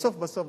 בסוף בסוף בסוף,